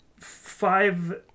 five